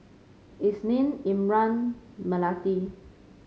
Isnin Imran Melati